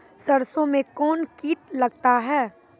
सरसों मे कौन कीट लगता हैं?